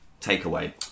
takeaway